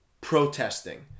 protesting